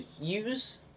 use